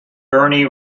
bernie